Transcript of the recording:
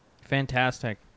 Fantastic